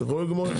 אתם יכולים לגמור?